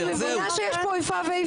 אני מבינה שיש פה איפה ואיפה?